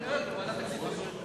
ועדת הכספים.